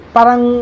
parang